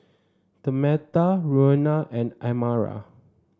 Tamatha Roena and Amara